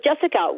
Jessica